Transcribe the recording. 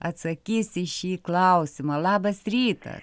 atsakys į šį klausimą labas rytas